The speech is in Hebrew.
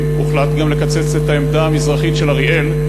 הוחלט גם לקצץ את העמדה המזרחית של אריאל.